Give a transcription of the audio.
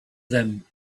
them